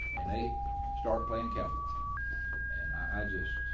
and they started playing capitals. and i just,